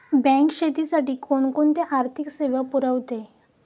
Bank शेतीसाठी कोणकोणत्या आर्थिक सेवा पुरवते?